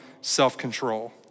self-control